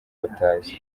batazi